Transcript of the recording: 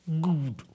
Good